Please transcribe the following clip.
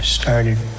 started